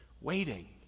waiting